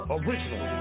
original